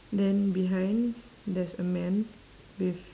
then behind there's a man with